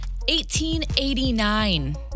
1889